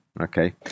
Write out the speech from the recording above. Okay